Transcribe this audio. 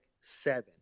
seven